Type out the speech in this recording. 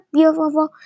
Beautiful